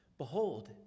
Behold